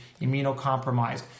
immunocompromised